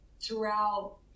throughout